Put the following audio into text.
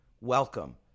welcome